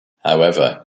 however